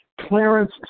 Clarence